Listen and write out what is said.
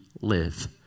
live